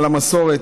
על המסורת,